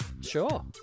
Sure